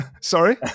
Sorry